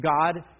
God